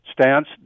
stance